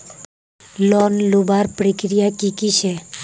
Loan लुबार प्रक्रिया की की छे?